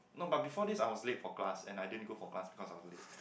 no but before this I was late for class and I din go for class because I was late